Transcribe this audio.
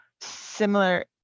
similar